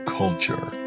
culture